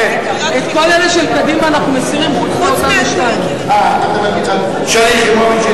כבוד השר, זה הרשויות המקומיות.